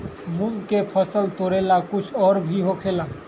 मूंग के फसल तोरेला कुछ और भी होखेला?